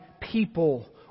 people